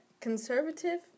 conservative